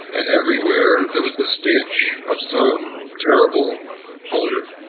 and everywhere there was the stench of some terrible odor.